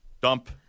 dump